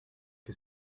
que